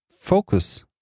focus